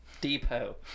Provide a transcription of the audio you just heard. Depot